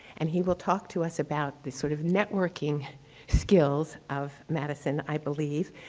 and he will talk to us about this sort of networking skills of madison, i believe.